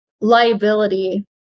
liability